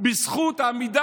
אסור להשתמש במילה